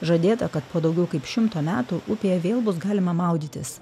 žadėta kad po daugiau kaip šimto metų upėje vėl bus galima maudytis